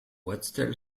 ortsteil